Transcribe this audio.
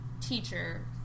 teacher